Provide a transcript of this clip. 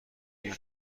این